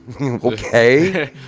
okay